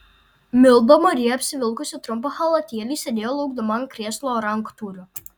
milda marija apsivilkusi trumpą chalatėlį sėdėjo laukdama ant krėslo ranktūrio